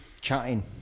chatting